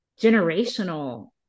generational